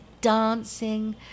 dancing